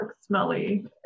smelly